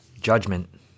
Judgment